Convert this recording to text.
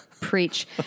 Preach